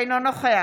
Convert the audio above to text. אינו נוכח